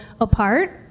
apart